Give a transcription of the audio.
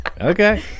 Okay